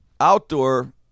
outdoor